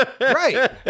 right